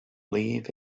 leave